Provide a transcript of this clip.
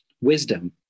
wisdom